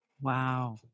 Wow